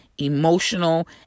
emotional